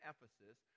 Ephesus